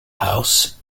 house